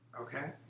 Okay